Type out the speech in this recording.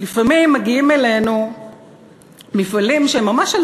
לפעמים מגיעים אלינו מפעלים שהם ממש על